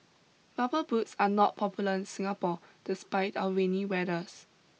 rubber boots are not popular in Singapore despite our rainy weathers